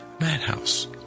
madhouse